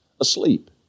asleep